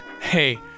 Hey